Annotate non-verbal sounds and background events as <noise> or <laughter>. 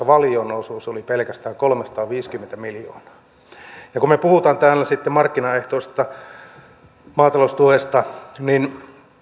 <unintelligible> valion osuus oli kolmesataaviisikymmentä miljoonaa kun me puhumme täällä markkinaehtoisesta maataloustuesta niin